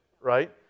right